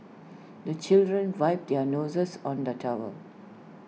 the children wipe their noses on the towel